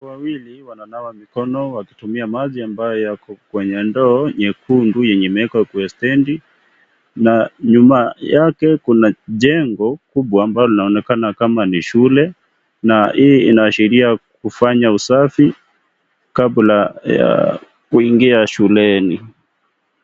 Wawili wananawa mikono wkaitumia maji ambayo yako kwenye ndoo nyekundu yenye imewekwa kwenye stendi na nyuma yake kuna jengo kubwa ambalo linaonekana kama ni shule na hii inaashiria kufanya usafi kabla ya kuingia shuleni.